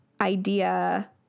idea